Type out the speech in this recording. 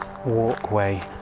walkway